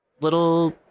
little